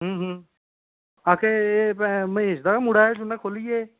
अखे एह् महेश दा गै मुड़ा ऐ जुन्नै खोली ऐ एह्